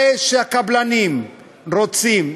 זה שהקבלנים רוצים,